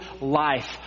life